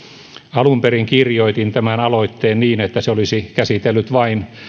alun perin kirjoitin tämän aloitteen niin että se olisi käsitellyt vain